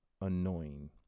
annoying